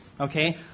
Okay